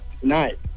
tonight